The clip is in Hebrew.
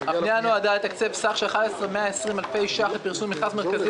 הפנייה נועדה לתקצב סך של 11,120 אלפי ש"ח לפרסום מכרז מרכזי